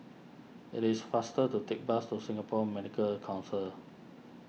it is faster to take bus to Singapore Medical Council